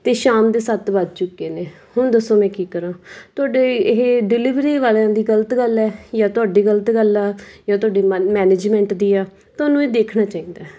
ਅਤੇ ਸ਼ਾਮ ਦੇ ਸੱਤ ਵੱਜ ਚੁੱਕੇ ਨੇ ਹੁਣ ਦੱਸੋ ਮੈਂ ਕੀ ਕਰਾਂ ਤੁਹਾਡੀ ਇਹ ਡਿਲੀਵਰੀ ਵਾਲਿਆਂ ਦੀ ਗਲਤ ਗੱਲ ਹੈ ਜਾਂ ਤੁਹਾਡੀ ਗਲਤ ਗੱਲ ਆ ਜਾਂ ਤੁਹਾਡੀ ਮਨ ਮੈਨੇਜਮੈਂਟ ਦੀ ਆ ਤੁਹਾਨੂੰ ਇਹ ਦੇਖਣਾ ਚਾਹੀਦਾ